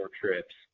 trips